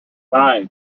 five